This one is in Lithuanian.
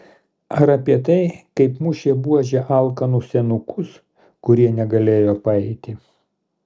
ar apie tai kaip mušė buože alkanus senukus kurie negalėjo paeiti